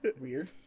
Weird